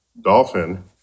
dolphin